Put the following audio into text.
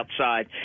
outside